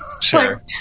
Sure